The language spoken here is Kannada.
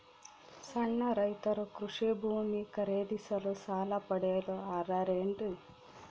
ಸಣ್ಣ ರೈತರು ಕೃಷಿ ಭೂಮಿ ಖರೇದಿಸಲು ಸಾಲ ಪಡೆಯಲು ಅರ್ಹರೇನ್ರಿ?